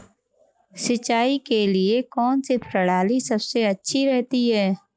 सिंचाई के लिए कौनसी प्रणाली सबसे अच्छी रहती है?